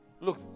look